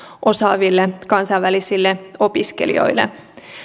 osaaville kansainvälisille opiskelijoille